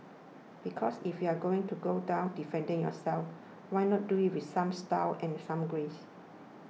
because if you are going to go down defending yourself why not do it with some style and some grace